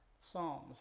Psalms